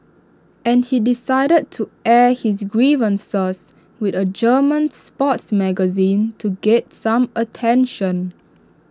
and he decided to air his grievances with A German sports magazine to get some attention